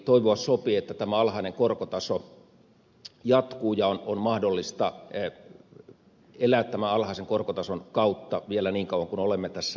toivoa sopii että tämä alhainen korkotaso jatkuu ja on mahdollista elää tämän alhaisen korkotason kautta vielä niin kauan kuin olemme tässä talouskurimuksessa